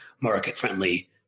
market-friendly